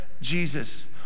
Jesus